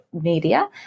Media